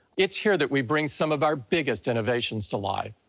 it's here that we bring some of our biggest innovations to life.